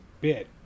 bit